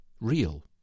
real